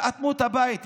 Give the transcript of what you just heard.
תאטמו את הבית.